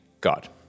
God